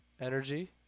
Energy